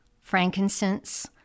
frankincense